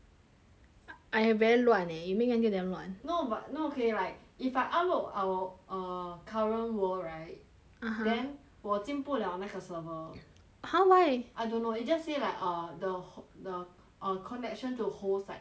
I very 乱 leh you make until damn 乱 no but no okay like if I upload our err current world right (uh huh) then 我进不了那个 server !huh! why I don't know it just say like err the ho~ the err connection to the host site lost or something like that